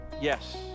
Yes